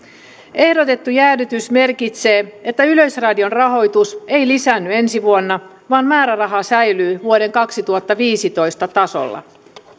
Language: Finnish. ehdotettu jäädytys merkitsee että yleisradion rahoitus ei lisäänny ensi vuonna vaan määräraha säilyy vuoden kaksituhattaviisitoista tasolla